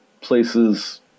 places